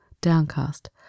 downcast